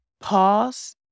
Pause